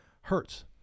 hurts